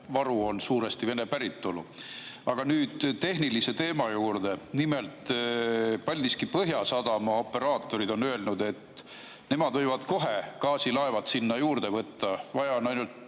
varu on suuresti Vene päritolu. Aga nüüd tehnilise teema juurde. Nimelt, Paldiski Põhjasadama operaatorid on öelnud, et nemad võivad kohe gaasilaevad sinna juurde võtta, vaja on ainult